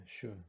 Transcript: sure